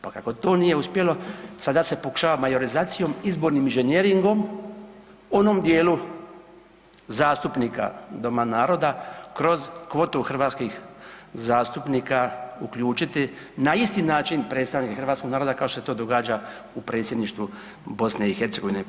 Pa kako to nije uspjelo sada se pokušava majorizacijom, izbornim injžinjeringom onom dijelu zastupnika Doma naroda kroz kvotu hrvatskih zastupnika uključiti na isti način predstavnike Hrvatskog naroda kao što se to događa u Predsjedništvu Bosne i Hercegovine.